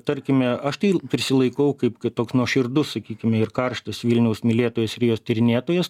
tarkime aš tai prisilaikau kaip toks nuoširdus sakykime ir karštas vilniaus mylėtojas ir jos tyrinėtojas